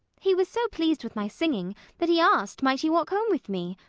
he was so pleased with my singing that he asked might he walk home with me.